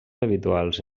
habituals